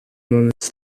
moments